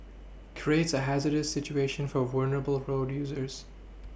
creates a hazardous situation for vulnerable road users